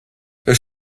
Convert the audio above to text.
das